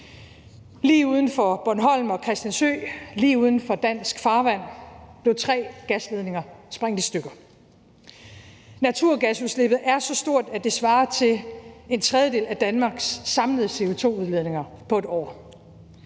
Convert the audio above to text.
Lige uden for Bornholm og Christiansø, lige uden for dansk farvand, blev tre gasledninger sprængt i stykker. Naturgasudslippet er så stort, at det svarer til en tredjedel af Danmarks CO2-udledninger på et år.